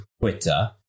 Twitter